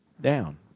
down